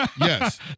Yes